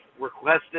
requested